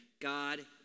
God